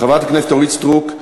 חברת הכנסת אורית סטרוק,